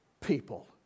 people